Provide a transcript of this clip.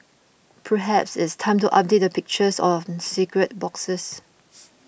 perhaps it's time to update the pictures on cigarette boxes